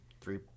three